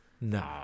No